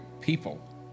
people